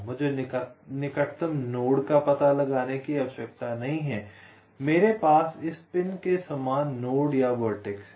मुझे निकटतम नोड का पता लगाने की आवश्यकता नहीं है लेकिन मेरे पास इस पिन के समान नोड या वर्टेक्स है